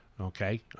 okay